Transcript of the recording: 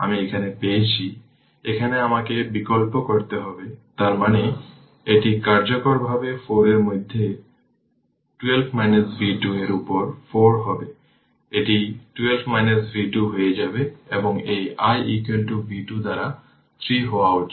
আমি এখানে পেয়েছি এখানে আমাকে বিকল্প করতে হবে তার মানে এটি কার্যকরভাবে 4 এর মধ্যে 12 v 2 এর উপর 4 হবে এটি 12 v 2 হয়ে যাবে এবং এই i v 2 দ্বারা 3 হওয়া উচিত